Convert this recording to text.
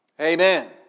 Amen